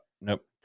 nope